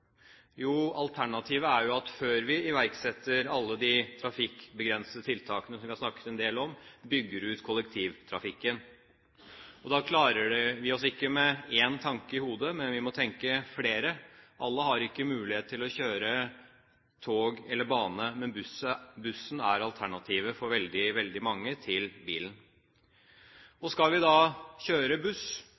Jo, alternativet er at før vi iverksetter alle de trafikkbegrensende tiltakene som vi har snakket en del om, bygger vi ut kollektivtrafikken. Da klarer vi oss ikke med én tanke i hodet, men vi må tenke flere. Alle har ikke mulighet til å kjøre tog eller bane, men bussen er alternativet til bilen for veldig, veldig mange. Skal vi da kjøre buss,